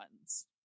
ones